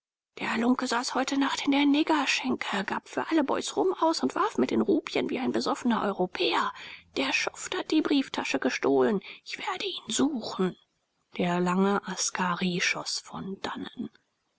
der halunke saß heute nacht in der niggerschenke gab für alle boys rum aus und warf mit den rupien wie ein besoffener europäer der schuft hat die brieftasche gestohlen ich werde ihn suchen der lange askari schoß von dannen